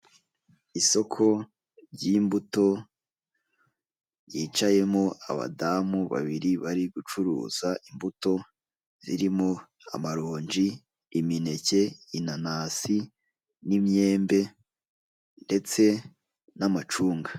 Isoko ry'imbuto ryicayemo abadamu babiri, bari gucuruza imbuto zirimo; amaronji, imineke, inanasi n'imyembe ndetse n'amacunga.